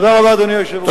תודה רבה, אדוני היושב-ראש.